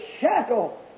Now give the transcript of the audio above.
shadow